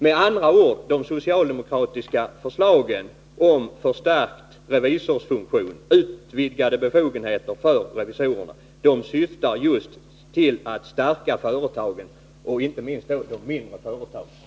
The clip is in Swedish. Med andra ord: De socialdemokratiska förslagen om en förstärkning av revisorsfunktionen, utvidgade befogenheter för revisorerna, syftar just till att stärka företagen — inte minst de mindre företagen.